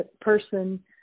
person